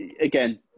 again